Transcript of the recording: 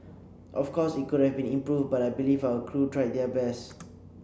of course it could have been improved but I believe our crew tried their best